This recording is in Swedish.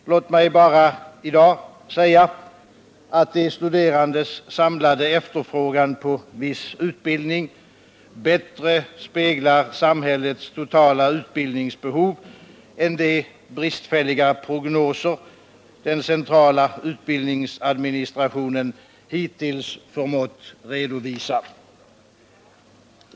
Låt mig bara i dag säga att de studerandes samlade efterfrågan på viss utbildning bättre speglar samhällets totala utbildningsbehov än de bristfälliga prognoser som den centrala utbildningsadministrationen hittills har förmått redovisa.